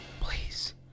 please